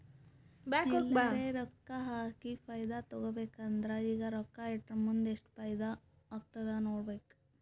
ಎಲ್ಲರೆ ರೊಕ್ಕಾ ಹಾಕಿ ಫೈದಾ ತೆಕ್ಕೋಬೇಕ್ ಅಂದುರ್ ಈಗ ರೊಕ್ಕಾ ಇಟ್ಟುರ್ ಮುಂದ್ ಎಸ್ಟ್ ಫೈದಾ ಆತ್ತುದ್ ನೋಡ್ಬೇಕ್